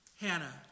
Hannah